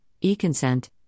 e-consent